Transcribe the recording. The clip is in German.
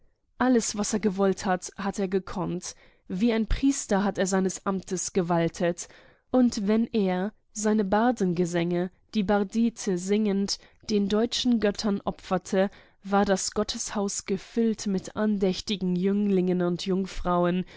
alles was er gewollt hat hat er gekonnt wie ein priester hat er seines amtes gewaltet und wenn er seine bardengesänge die bardiete singend den deutschen göttern opferte war das gotteshaus gefüllt mit andächtigen jünglingen und jungfrauen